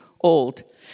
old